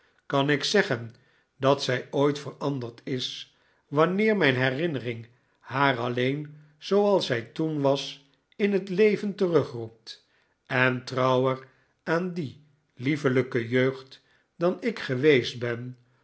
kan ik zeggen dat zij ooit veranderd is wanneer mijn herinnering haar alleen zooals zij toen was in het leven terugroept en trouwer aan die liefelijke jeugd dan ik geweest ben